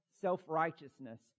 self-righteousness